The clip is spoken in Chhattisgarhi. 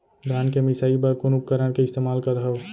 धान के मिसाई बर कोन उपकरण के इस्तेमाल करहव?